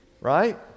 Right